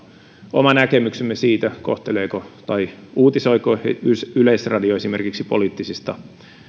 oma näkemyksemme siitä kohteleeko tai uutisoiko yleisradio esimerkiksi poliittisista